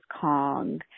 Kong